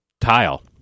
tile